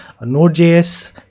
Node.js